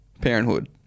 parenthood